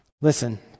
Listen